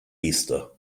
easter